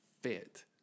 fit